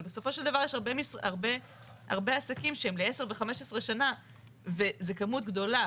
אבל בסופו של דבר יש הרבה עסקים שהם ל-10 ו-15 שנה וזו כמות גדולה.